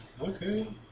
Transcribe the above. Okay